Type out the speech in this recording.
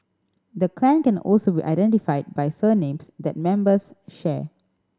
the clan can also be identified by surnames that members share